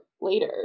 later